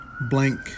Blank